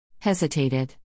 Hesitated